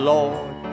Lord